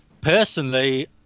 Personally